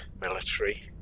military